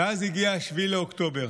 ואז הגיע 7 באוקטובר,